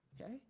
Okay